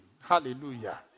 Hallelujah